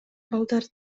балдар